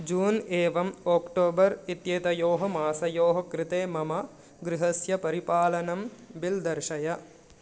जून् एवम् ओक्टोबर् इत्येतयोः मासयोः कृते मम गृहस्य परिपालनं बिल् दर्शय